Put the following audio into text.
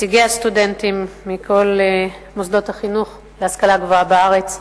נציגי הסטודנטים מכל מוסדות החינוך להשכלה גבוהה בארץ,